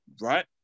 right